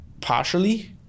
partially